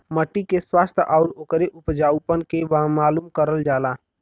मट्टी के स्वास्थ्य आउर ओकरे उपजाऊपन के मालूम करल जाला